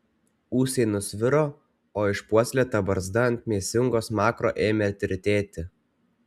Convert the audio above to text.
ūsai nusviro o išpuoselėta barzda ant mėsingo smakro ėmė tirtėti